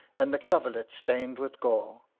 and the coverlet stained with gore.